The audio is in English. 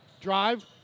Drive